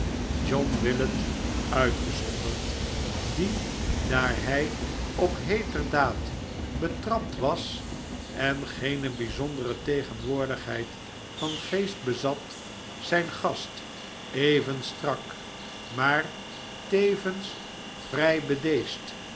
john willet uitgezonderd die daar hij op heeterdaad betrapt was en geene bijzondere tegenwoordigheid van geest bezat zijn gast even strak maar tevens vrij bedeesd